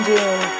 June